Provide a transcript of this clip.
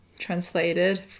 translated